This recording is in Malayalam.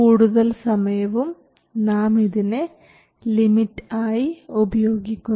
കൂടുതൽ സമയവും നാം ഇതിനെ ലിമിറ്റ് ആയി ഉപയോഗിക്കുന്നു